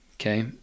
okay